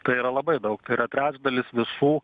tai yra labai daug tai yra trečdalis